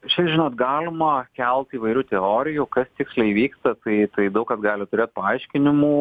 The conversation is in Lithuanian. čia žinot galima kelt įvairių teorijų kas tiksliai vyksta tai tai daug kas gali turėt paaiškinimų